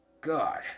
God